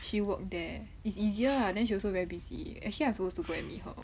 she worked there it's easier lah then she also very busy actually I'm supposed to go and me her